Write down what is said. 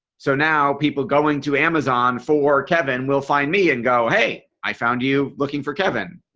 so now people going to amazon for kevin will find me and go hey i found you looking for kevin.